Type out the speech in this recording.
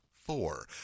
four